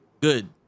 Good